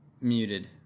muted